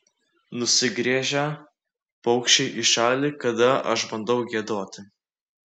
nusigręžia paukščiai į šalį kada aš bandau giedoti